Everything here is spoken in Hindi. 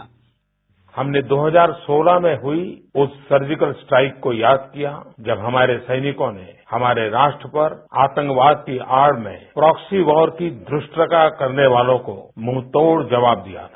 बाईट प्रधानमंत्री हमने दो हजार सोलह में हुई उस सर्जिकल सट्राईक को याद किया जब हमारे सैनिकों ने हमारे राष्ट्र पर आतंकवाद की आड़ में प्राकसी वार की धृष्टता करने वालों को मुँहतोड़ जवाब दिया था